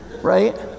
right